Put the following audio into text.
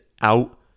out